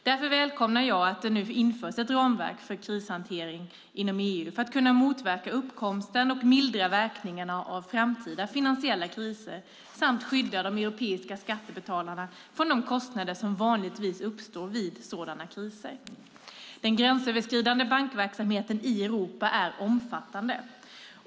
Därför välkomnar jag att det nu införs ett ramverk för krishantering inom EU för att kunna motverka uppkomsten och mildra verkningarna av framtida finansiella kriser samt skydda de europeiska skattebetalarna från de kostnader som vanligtvis uppstår vid sådana kriser. Den gränsöverskridande bankverksamheten i Europa är omfattande.